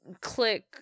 click